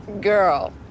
girl